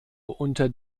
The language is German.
unter